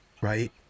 Right